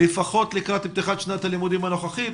לפחות לקראת פתיחת שנת הלימודים הנוכחית.